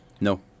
No